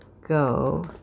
go